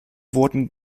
wurden